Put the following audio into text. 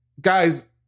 guys